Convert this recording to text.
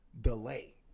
delay